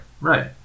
Right